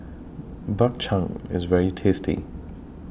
Bak Chang IS very tasty